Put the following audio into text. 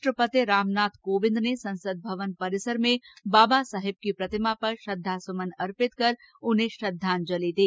राष्ट्रपति रामनाथ कोविंद ने संसद भवन परिसर में बाबा साहेब की प्रतिमा पर श्रद्वासुमन अर्पित कर उन्हें श्रद्वांजलि दी